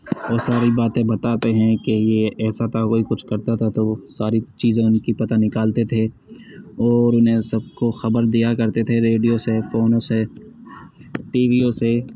اور ساری باتیں بتاتے ہیں کہ یہ ایسا تھا وہی کچھ کرتا تھا تو ساری چیزیں ان کی پتہ نکالتے تھے اور انہیں سب کو خبر دیا کرتے تھے ریڈیو سے فون سے ٹی ویوں سے